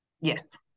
yes